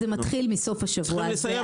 זה מתחיל מסוף השבוע הזה.